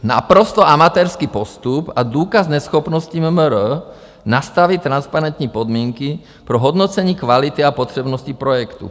Naprosto amatérský postup a důkaz neschopnosti MMR nastavit transparentní podmínky pro hodnocení kvality a potřebnosti projektu.